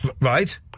Right